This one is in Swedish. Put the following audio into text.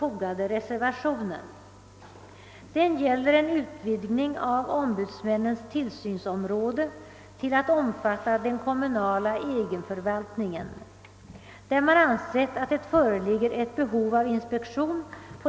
Vidare förordar utredningen utökad inspektionsverksamhet inom den kommunala och statliga förvaltningen.